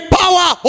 power